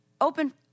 open